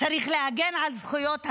צריך להגן על זכויות המיעוט.